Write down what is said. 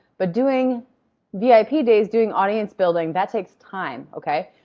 but doing vip days, doing audience building, that takes time. okay?